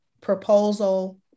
proposal